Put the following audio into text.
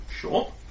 Sure